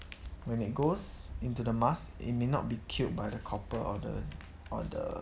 when it goes into the mask it may not be killed by the copper or the or the